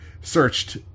searched